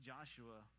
Joshua